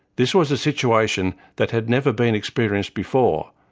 this was a situation that had never been experienced before,